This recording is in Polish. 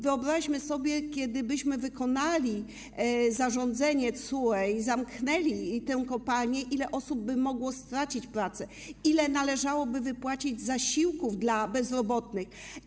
Wyobraźmy sobie, gdybyśmy wykonali zarządzenie TSUE i zamknęli tę kopalnię, ile osób mogłoby stracić pracę, ile należałoby wypłacić zasiłków dla bezrobotnych.